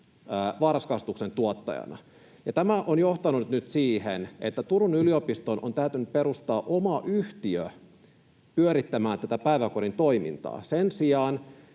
varhaiskasvatuksen tuottajana. Tämä on johtanut nyt siihen, että Turun yliopiston on täytynyt perustaa oma yhtiö pyörittämään tätä päiväkodin toimintaa sen sijaan,